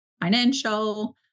financial